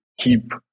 keep